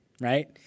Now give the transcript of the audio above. right